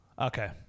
Okay